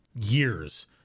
years